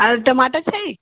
आओर टमाटर छै